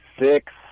Six